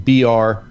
BR